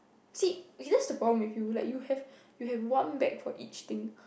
see that's the problem with you right you have you have one bag for each thing